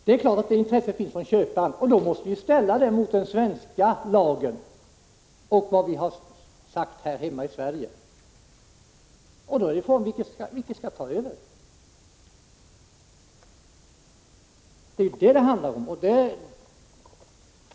Det är klart att detta intresse finns från köparen. Det måste ställas mot den svenska lagen och vad vi sagt här hemma i Sverige. Då är frågan: Vilket skall ta över? Det är vad det handlar om.